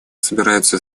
собираются